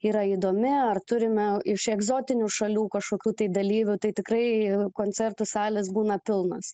yra įdomi ar turime iš egzotinių šalių kažkokių tai dalyvių tai tikrai koncertų salės būna pilnos